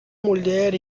mulher